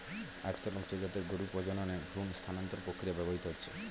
আজকাল উচ্চ জাতের গরুর প্রজননে ভ্রূণ স্থানান্তর প্রক্রিয়া ব্যবহৃত হচ্ছে